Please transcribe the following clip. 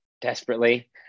desperately